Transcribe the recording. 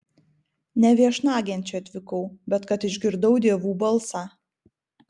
ne viešnagėn čia atvykau bet kad išgirdau dievų balsą